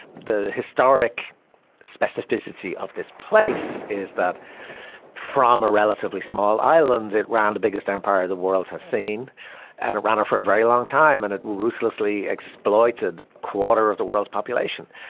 the historic specificity of this place is that from a relatively small islands it round the biggest empire of the world has seen an around for a very long time and it ruthlessly exploited quarter of the world's population.